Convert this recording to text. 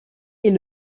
est